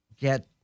get